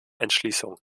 entschließung